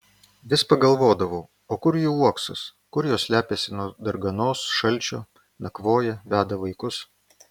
vis pagalvodavau o kur jų uoksas kur jos slepiasi nuo darganos šalčio nakvoja veda vaikus